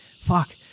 fuck